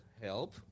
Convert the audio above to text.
help